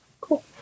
Cool